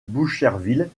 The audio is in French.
boucherville